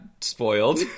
spoiled